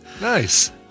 Nice